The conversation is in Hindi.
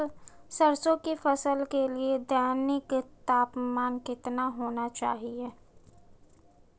सरसों की फसल के लिए दैनिक तापमान कितना होना चाहिए?